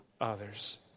others